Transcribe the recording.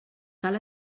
cal